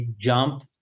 jump